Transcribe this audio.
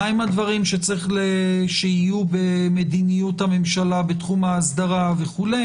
מהם הדברים שצריך שיהיו במדיניות הממשלה בתחום האסדרה וכו'.